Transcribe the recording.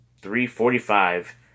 Three-forty-five